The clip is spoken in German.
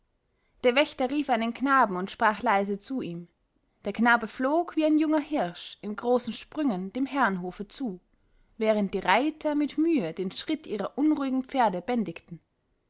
der wächter rief einen knaben und sprach leise zu ihm der knabe flog wie ein junger hirsch in großen sprüngen dem herrenhofe zu während die reiter mit mühe den schritt ihrer unruhigen pferde bändigten